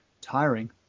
tiring